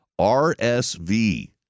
RSV